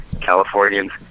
Californians